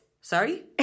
Sorry